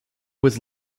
was